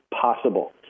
possible